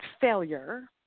failure